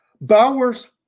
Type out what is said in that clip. Bowers